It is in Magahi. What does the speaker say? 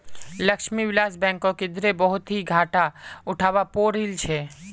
लक्ष्मी विलास बैंकक इधरे बहुत ही घाटा उठवा पो रील छे